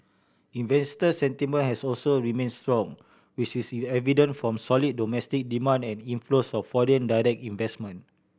investor sentiment has also remained strong which is evident from solid domestic demand and inflows of foreign direct investment